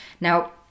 Now